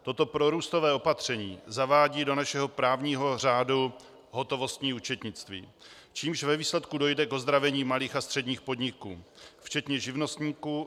Toto prorůstové opatření zavádí do našeho právního řádu hotovostní účetnictví, čímž ve výsledku dojde k ozdravení malých a středních podniků včetně živnostníků.